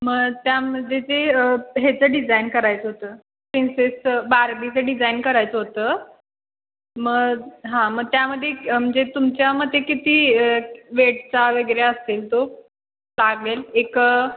मग त्यामध्ये जे ह्याचं डिझाईन करायचं होतं प्रिन्सेसचं बार्बीचं डिझाईन करायचं होतं मग हां मग त्यामध्ये म्हणजे तुमच्या मते किती वेटचा वगैरे असतील तो लागेल एक